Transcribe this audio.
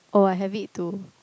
oh I have it too